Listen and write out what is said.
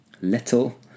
Little